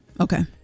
Okay